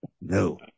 No